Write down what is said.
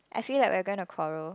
I feel like we're gonna quarrel